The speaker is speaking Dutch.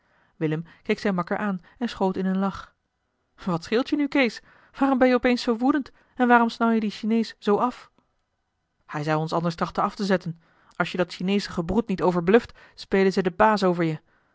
willem keek zijn makker aan en schoot in een lach wat scheelt je nu kees waarom ben je op eens zoo woedend en waarom snauw je dien chinees zoo af hij zou ons anders trachten af te zetten als je dat chineesche gebroed niet overbluft spelen ze den baas over je